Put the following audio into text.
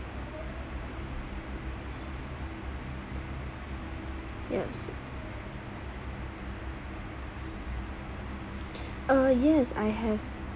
yup uh yes I have